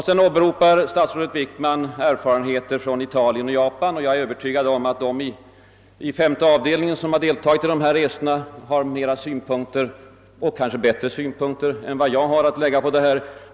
Sedan åberopade statsrådet Wickman erfarenheter från Italien och Japan, och jag är övertygad om att de ledamöter av statsutskottets femte avdelning som deltagit i resorna dit har både fler och bättre synpunkter på den frågan än jag.